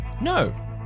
No